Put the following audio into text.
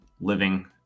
living